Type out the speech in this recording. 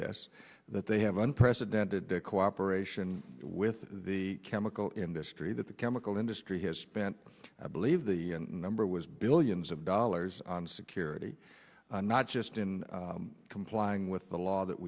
this that they have unprecedented cooperation with the chemical industry that the chemical industry has spent i believe the number was billions of dollars on security not just in complying with the law that